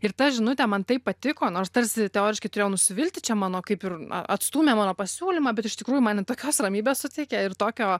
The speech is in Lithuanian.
ir ta žinutė man taip patiko nors tarsi teoriškai turėjau nusivilti čia mano kaip ir atstūmė mano pasiūlymą bet iš tikrųjų man tokios ramybės suteikia ir tokio